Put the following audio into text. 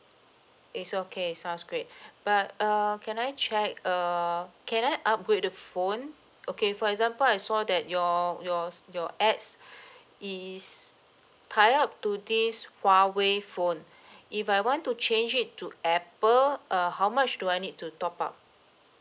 it's okay sounds great but err can I check err can I upgrade the phone okay for example I saw that your your s~ your ads is tie up to this huawei phone if I want to change it to Apple uh how much do I need to top up